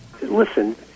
Listen